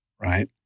Right